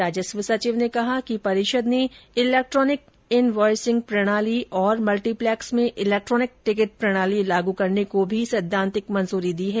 राजस्व सचिव ने कहा कि परिषद् ने इलेक्ट्रॉनिक इनवॉयसिंग प्रणाली और मल्टीप्लैक्स में इलेक्ट्रॉनिक टिकट प्रणाली लागू करने को सैद्वान्तिक मंजूरी दे दी है